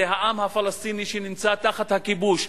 זה העם הפלסטיני שנמצא תחת הכיבוש,